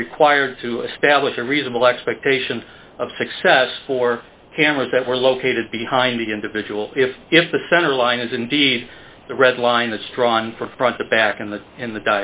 was required to stab with a reasonable expectation of success for cameras that were located behind the individual if if the center line is indeed the red line is drawn from front to back in the in the